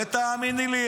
ותאמיני לי,